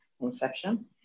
inception